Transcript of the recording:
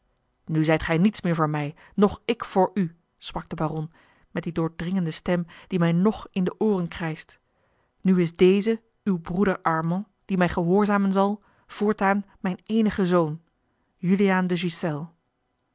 nu zijt gij niets meer voor mij noch ik voor u sprak de baron met die doordringende stem die mij ng in de ooren krijscht nu is deze uw broeder armand die mij gehoorzamen zal voortaan mijn eenige zoon juliaan de